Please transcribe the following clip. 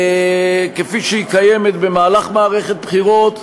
כפי שהיא קיימת במהלך מערכת בחירות,